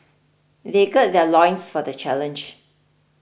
they gird their loins for the challenge